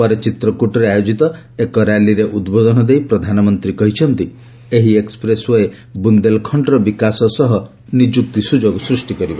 ପରେ ଚିତ୍ରକୂଟରେ ଆୟୋଜିତ ଏକ ର୍ୟାଲିରେ ଉଦ୍ବୋଧନ ଦେଇ ପ୍ରଧାନମନ୍ତ୍ରୀ କହିଛନ୍ତି ଏହି ଏକ୍ୱପ୍ରେସ୍ ଓ୍ୱେ ବୁନ୍ଦେଲଖଣର ବିକାଶ ସହ ନିଯ୍ୟକ୍ତି ସ୍ରଯୋଗ ସୃଷ୍ଟି କରିବ